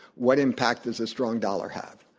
what impact does a strong dollar have?